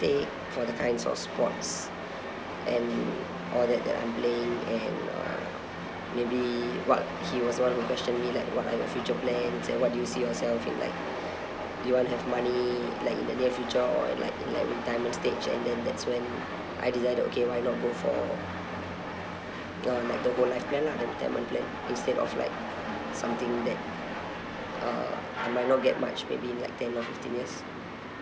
take for the kinds of sports and all that that I'm playing and uh maybe what he was wanted to question me like what are your future plans and what do you see yourself in like do you want to have money like in the near future or in like like retirement stage and then that's when I decided okay why not go for you know like the whole life plan lah the retirement plan instead of like something that uh I might not get much maybe in like ten or fifteen years